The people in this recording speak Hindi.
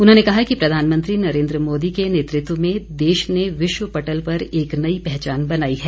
उन्होंने कहा कि प्रधानमंत्री नरेन्द्र मोदी के नेतृत्व में देश ने विश्व पटल पर एक नई पहचान बनाई है